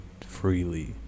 freely